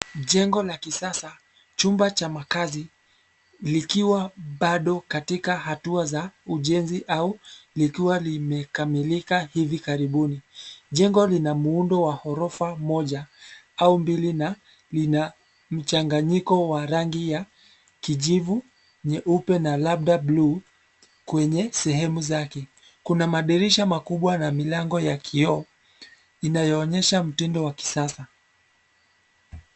Jengo la kisasa, chumba cha makazi, likiwa bado, katika hatua za ujenzi au, likiwa limekamilika hivi karibuni. Jengo lina muundo wa ghorofa moja, au mbili na, lina, mchanganyiko wa rangi ya kijivu, nyeupe na labda bluu, kwenye sehemu zake. Kuna madirisha makubwa na milango ya kioo, inayoonyesha mtindo wa kisasa.